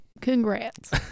Congrats